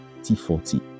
T40